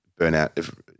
burnout